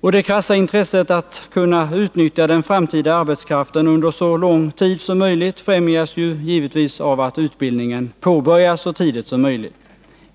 Och det krassa intresset att kunna utnyttja den framtida arbetskraften under så lång tid som möjligt främjas ju givetvis av att utbildningen påbörjas så tidigt som möjligt.